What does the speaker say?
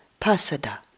pasada